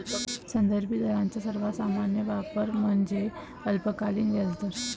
संदर्भित दरांचा सर्वात सामान्य वापर म्हणजे अल्पकालीन व्याजदर